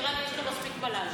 נראה לי שיש לו מספיק מה להגיד.